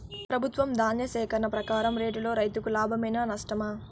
ప్రభుత్వం ధాన్య సేకరణ ప్రకారం రేటులో రైతుకు లాభమేనా నష్టమా?